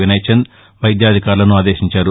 వినయ్చంద్ వైద్యాధికారులను ఆదేశించారు